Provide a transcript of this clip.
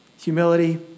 humility